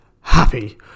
happy